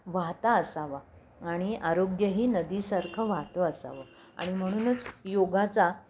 वाहता असावा आणि आरोग्यही नदीसारखं वाहतं असावं आणि म्हणूनच योगाचा